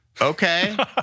okay